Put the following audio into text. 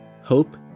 hope